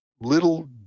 little